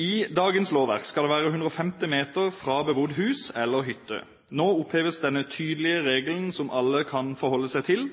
I dagens lovverk skal det være 150 m fra bebodd hus eller hytte. Nå oppheves denne tydelige regelen, som alle kan forholde seg til,